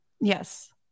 yes